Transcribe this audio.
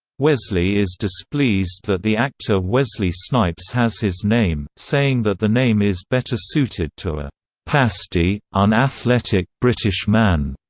wesley is displeased that the actor wesley snipes has his name, saying that the name is better suited to a pasty, un-athletic british man.